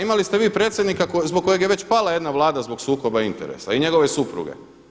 Imali ste vi predsjednika zbog kojeg je već pala jedna Vlada zbog sukoba interesa i njegove supruge.